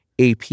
ap